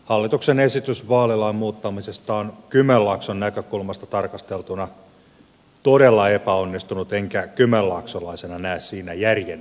hallituksen esitys vaalilain muuttamisesta on kymenlaakson näkökulmasta tarkasteltuna todella epäonnistunut enkä kymenlaaksolaisena näe siinä järjen hiventäkään